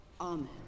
Amen